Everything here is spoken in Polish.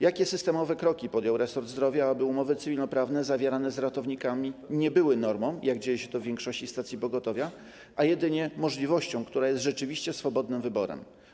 Jakie systemowe kroki podjął resort zdrowia, aby umowy cywilnoprawne zawierane z ratownikami nie były normą, jak dzieje się to w większości stacji pogotowia, a jedynie możliwością, która jest rzeczywiście swobodnym wyborem?